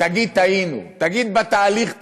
תגיד "טעינו", תגיד "בתהליך טעינו".